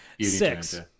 Six